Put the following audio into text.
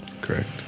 Correct